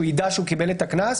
שהוא ידע שהוא קיבל את הקנס,